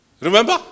Remember